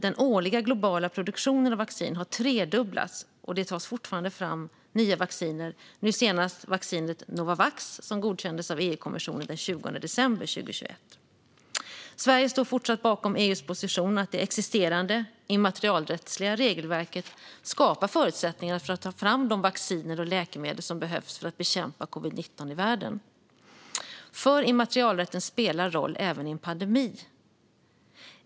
Den årliga globala produktionen av vaccin har tredubblats, och det tas fortfarande fram nya vacciner, nu senast vaccinet Novavax som godkändes av EU-kommissionen den 20 december 2021. Sverige står fortsatt bakom EU:s position att det existerande immaterialrättsliga regelverket skapar förutsättningar för att ta fram de vacciner och läkemedel som behövs för att bekämpa covid-19 i världen. Immaterialrätten spelar roll även i en pandemi.